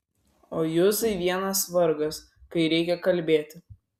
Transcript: o juzai vienas vargas kai reikia kalbėti